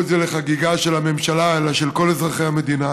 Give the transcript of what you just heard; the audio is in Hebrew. את זה לחגיגה של הממשלה אלא של כל אזרחי המדינה,